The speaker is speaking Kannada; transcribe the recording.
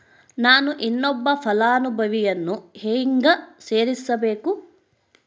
ನಾನು ಇನ್ನೊಬ್ಬ ಫಲಾನುಭವಿಯನ್ನು ಹೆಂಗ ಸೇರಿಸಬೇಕು?